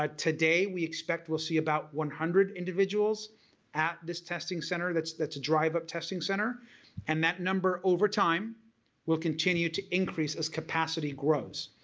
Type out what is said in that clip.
ah today we expect we'll see about one hundred individuals at this testing center that's that's a drive-up testing center and that number overtime will continue to increase as capacity grows.